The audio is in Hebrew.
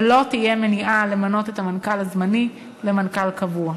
ולא תהיה מניעה למנות את המנכ"ל הזמני למנכ"ל קבוע.